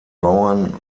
bauern